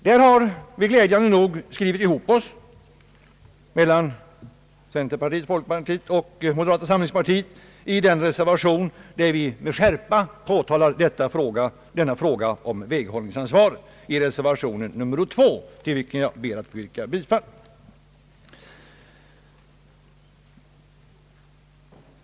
Här har glädjande nog representanterna för centerpartiet, folkpartiet och moderata samlingspartiet skrivit ihop sig i en reservation, där vi med skärpa påtalar detta förhållande i samband med väghållningsanslaget. Det är reservation nr 2, till vilken jag ber att få yrka bifall.